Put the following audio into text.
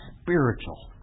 spiritual